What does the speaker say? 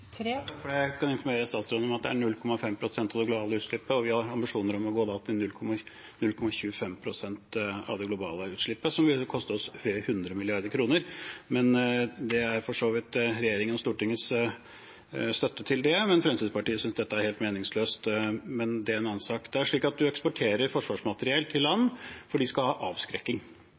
Jeg kan informere utenriksministeren om at det er 0,5 pst. av det globale utslippet, og vi har ambisjoner om å gå ned til 0,25 pst. av det globale utslippet, som vil koste oss flere hundre milliarder kroner. Det er for så vidt med regjeringens og Stortingets støtte, Fremskrittspartiet synes dette er helt meningsløst, men det er en annen sak. Det er slik at en eksporterer forsvarsmateriell til land fordi de skal ha avskrekking.